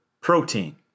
protein